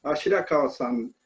ah shirakawa-san,